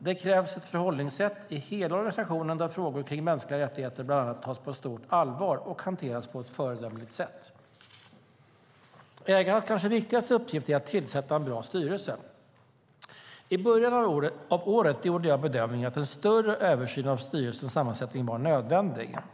Det krävs ett förhållningssätt i hela organisationen där frågor kring bland annat mänskliga rättigheter tas på stort allvar och hanteras på ett föredömligt sätt. Ägarnas kanske viktigaste uppgift är att tillsätta en bra styrelse. I början av året gjorde jag bedömningen att en större översyn av styrelsens sammansättning var nödvändig.